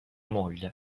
moglie